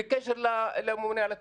בקשר לממונה על התקציבים.